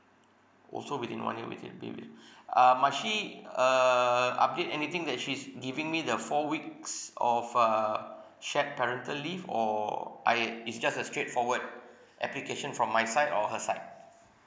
oh so within one year we can be with uh must she err update anything that she's giving me the four weeks of uh shared parental leave or I it's just a straightforward application from my side or her side